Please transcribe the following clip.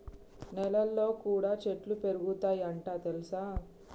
నెలల్లో కూడా చెట్లు పెరుగుతయ్ అంట తెల్సా